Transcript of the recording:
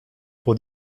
pour